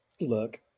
look